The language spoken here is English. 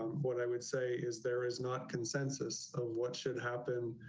um what i would say is there is not consensus of what should happen,